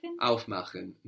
Aufmachen